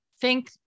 Think-